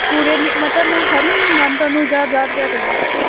पूरे मतलब में हर म्हीने मैम तोआनू ज्हार ज्हार रपेआ देना